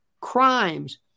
crimes